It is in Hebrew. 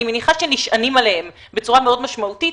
אני מניחה שנשענים עליהם בצורה מאוד משמעותית